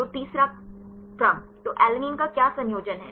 तो तीसरा क्रम तो अलैनिन का क्या संयोजन है